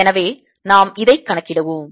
எனவே நாம் இதைக் கணக்கிடுவோம்